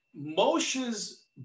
Moshe's